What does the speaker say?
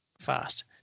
fast